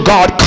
God